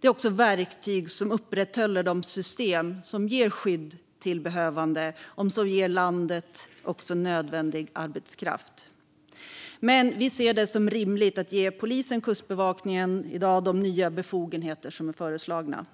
Det är också verktyg som upprätthåller de system som ger skydd till behövande och dessutom ger landet nödvändig arbetskraft. Vi ser det som rimligt att i dag ge polisen och Kustbevakningen de nya befogenheter som nu är föreslagna.